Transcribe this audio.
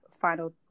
final